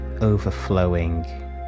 overflowing